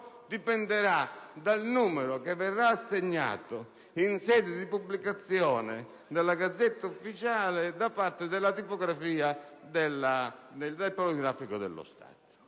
dipenderà dal numero che verrà assegnato, in sede di pubblicazione nella *Gazzetta Ufficiale*, da parte del Poligrafico dello Stato.